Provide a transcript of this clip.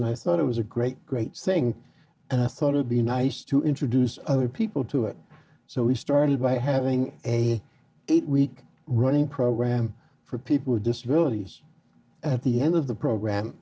and i thought it was a great great saying and i thought i would be nice to introduce other people to it so we started by having a eight week running program for people with disabilities at the end of the program